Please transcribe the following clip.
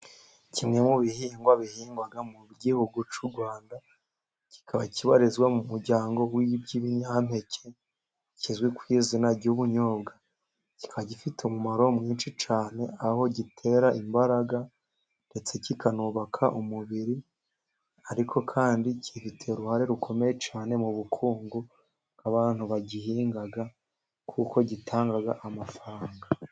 Kimwe mu bihingwa bihingwa mu gihugu cy'u Rwanda kikaba kibarizwa mu muryango w'iby'ibinyampeke kizwi ku izina ry'ubunyobwa, kikaba gifite umumaro mwinshi cyane aho gitera imbaraga ndetse kikanubaka umubiri, ariko kandi gifite uruhare rukomeye cyane mu bukungu abantu bagihinga kuko gitanga amafaranga.